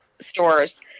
stores